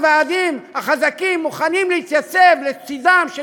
הוועדים החזקים מוכנים להתייצב לצדם של